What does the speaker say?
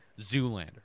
zoolander